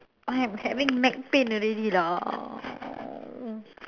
I am having neck pain already lah